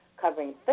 covering